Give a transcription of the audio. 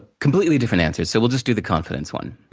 completely different answers, so we'll just do the confidence one.